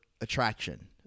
attraction